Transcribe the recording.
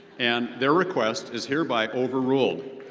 and their request is hereby overruled.